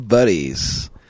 Buddies